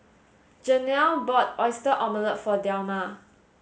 Janelle bought oyster omelette for Delma